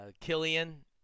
Killian